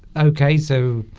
okay so